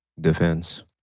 defense